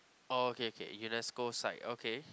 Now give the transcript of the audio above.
oh okay k Unesco side okay